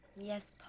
yes, paul,